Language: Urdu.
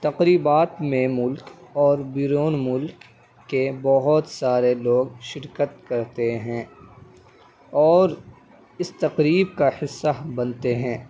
تقریبات میں ملک اور بیرون ملک کے بہت سارے لوگ شرکت کرتے ہیں اور اس تقریب کا حصہ بنتے ہیں